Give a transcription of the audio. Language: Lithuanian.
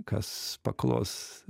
kas paklos